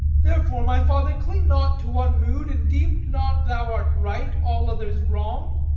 therefore, my father, cling not to one mood, and deemed not thou art right, all others wrong.